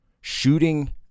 shooting